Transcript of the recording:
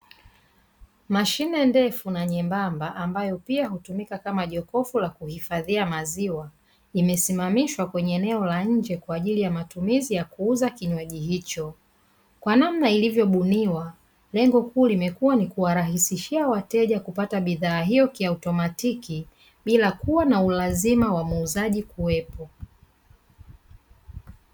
Mashine ndefu na nyembamba ambayo pia hutumika kama jokofu la kuhifadhia maziwa, imesimamishwa kwenye eneo la nje kwa ajili ya matumizi ya kuuza kinywaji hicho. Kwa namna ilivyobuniwa lengo kuu limekuwa ni kuwarahisishia wateja kupata bidhaa hiyo kiautomatiki bila kuwa na ulazima wa muuzaji kuwepo.